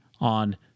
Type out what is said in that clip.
on